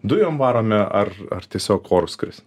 dujom varomi ar ar tiesiog oru skris